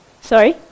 Sorry